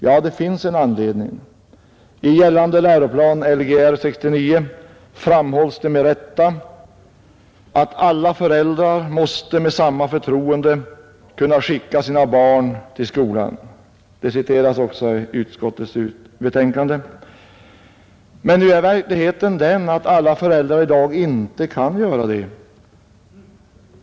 Ja, det finns en anledning: i gällande läroplan, Lgr 69, framhålls det med rätta att alla föräldrar måste med samma förtroende kunna skicka sina barn till skolan. Uttalandet citeras också i utskottets betänkande. Men nu är verkligheten den att inte alla föräldrar i dag kan göra det.